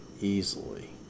easily